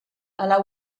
alla